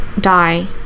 die